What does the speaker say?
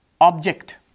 Object